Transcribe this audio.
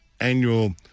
annual